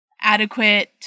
adequate